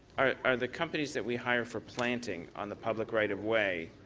are the companies that we hire for planting on the public right-of-way,